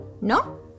No